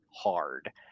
hard